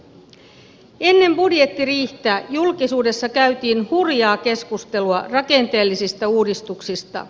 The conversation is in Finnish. ennen budjettiriihtä julkisuudessa käytiin hurjaa keskustelua rakenteellisista uudistuksista